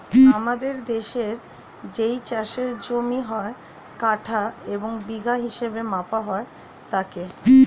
আমাদের দেশের যেই চাষের জমি হয়, কাঠা এবং বিঘা হিসেবে মাপা হয় তাকে